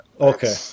Okay